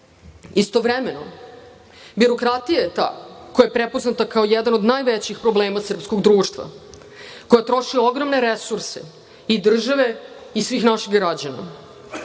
Istovremeno, birokratija je ta koja je prepoznata kao jedan od najvećih problema srpskog društva, koja troši ogromne resurse i države i svih naših građana.